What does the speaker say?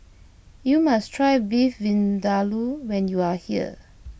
you must try Beef Vindaloo when you are here